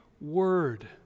word